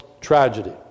tragedy